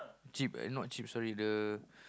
cheap eh not cheap sorry the